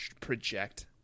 project